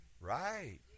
right